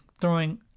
throwing